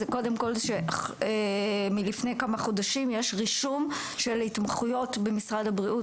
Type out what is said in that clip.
זה קודם כל שמלפני כמה חודשים יש רישום של התמחויות במשרד הבריאות.